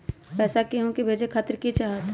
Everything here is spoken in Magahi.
पैसा के हु के भेजे खातीर की की चाहत?